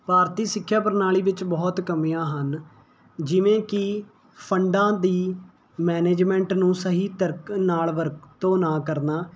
ਭਾਰਤੀ ਸਿੱਖਿਆ ਪ੍ਰਣਾਲੀ ਵਿੱਚ ਬਹੁਤ ਕਮੀਆਂ ਹਨ ਜਿਵੇਂ ਕਿ ਫੰਡਾਂ ਦੀ ਮੈਨੇਜਮੈਂਟ ਨੂੰ ਸਹੀ ਤਰਕ ਨਾਲ ਵਰਤੋਂ ਨਾ ਕਰਨਾ